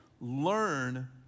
Learn